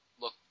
look